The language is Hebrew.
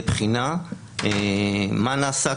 בבחינה מה נעשה,